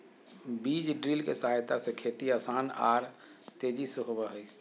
बीज ड्रिल के सहायता से खेती आसान आर तेजी से होबई हई